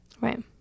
right